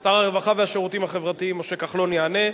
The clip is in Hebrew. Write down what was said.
שר הרווחה והשירותים החברתיים משה כחלון יענה,